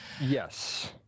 yes